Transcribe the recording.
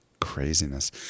Craziness